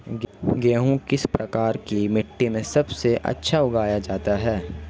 गेहूँ किस प्रकार की मिट्टी में सबसे अच्छा उगाया जाता है?